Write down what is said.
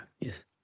Yes